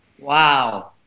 Wow